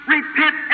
Repent